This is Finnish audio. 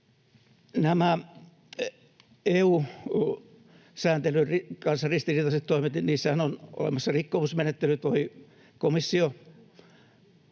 Näissä EU-sääntelyn kanssa ristiriitaisissa toimissahan on olemassa rikkomusmenettely, jossa komissio